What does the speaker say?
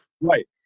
Right